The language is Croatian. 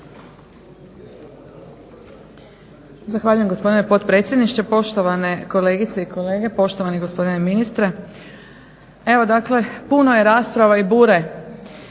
Zahvaljujem gospodine potpredsjedniče, poštovane kolegice i kolege, poštovani gospodine ministre. Evo dakle, puno je rasprava i bure